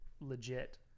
legit